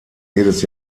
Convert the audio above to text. jedes